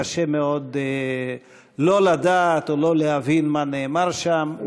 קשה מאוד לא לדעת או לא להבין מה נאמר שם.